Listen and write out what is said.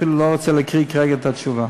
אפילו לא רוצה להקריא כרגע את התשובה.